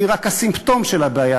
היא רק הסימפטום של הבעיה.